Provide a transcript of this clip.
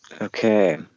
okay